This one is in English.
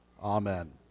Amen